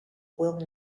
well